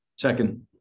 Second